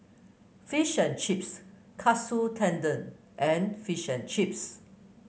Fish and Chips Katsu Tendon and Fish and Chips